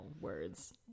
Words